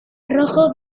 rojo